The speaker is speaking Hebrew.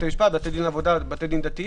גם לא חל בתי דין לעבודה ועל בתי דין דתיים.